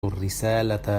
الرسالة